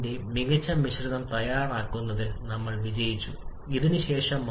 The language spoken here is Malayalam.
ചുവന്ന വര കാണിക്കുന്ന ഡിസോസിയേഷന്റെ സാന്നിധ്യം കാരണം